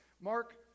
mark